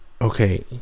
okay